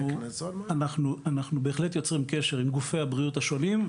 אנחנו בהחלט יוצרים קשר עם גופי הבריאות השונים.